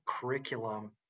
curriculum